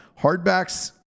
Hardbacks